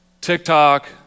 TikTok